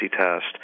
test